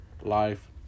life